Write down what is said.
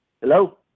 Hello